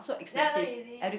ya not easy